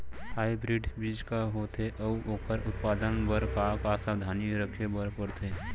Hybrid बीज का होथे अऊ ओखर उत्पादन बर का का सावधानी रखे बर परथे?